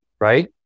right